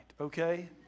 okay